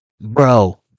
Bro